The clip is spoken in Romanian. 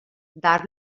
dar